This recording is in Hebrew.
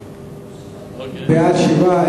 בעד, 7,